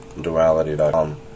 duality.com